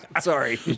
Sorry